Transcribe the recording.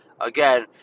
again